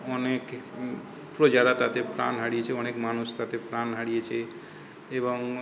অনেক প্রজারা তাতে প্রাণ হারিয়েছে অনেক মানুষ তাতে প্রাণ হারিয়েছে এবং